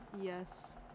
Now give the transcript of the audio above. yes